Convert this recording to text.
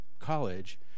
college